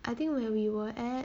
I think when we were at